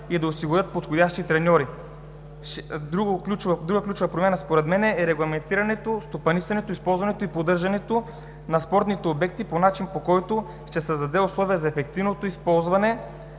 и да осигурят подходящи треньори. Друга ключова промяна според мен е регламентирането, стопанисването, използването и поддържането на спортните обекти по начин, по който ще се създадат условия за ефективното използване